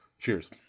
Cheers